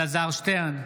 אלעזר שטרן,